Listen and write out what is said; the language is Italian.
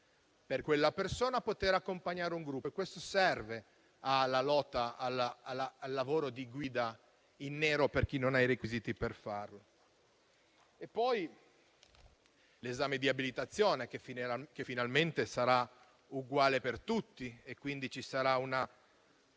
perché quella persona possa accompagnare un gruppo. E questo serve alla lotta al lavoro di guida in nero, per chi non ha i requisiti per farlo. Per quanto concerne l'esame di abilitazione, finalmente sarà uguale per tutti e quindi ci sarà un